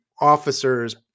officers